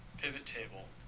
pivot table